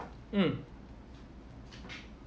mm